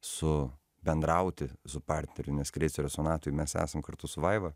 su bendrauti su partneriu nes kreicerio sonatoj mes esam kartus vaiva